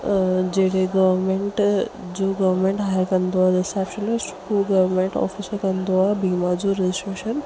ऐं जॾहिं गवर्मेंट जो गवर्मेंट हायर कंदो आहे रिसेप्शनिस्ट हू गवर्मेंट ऑफिसर कंदो आहे वीमा जो रजिस्ट्रेशन